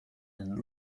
and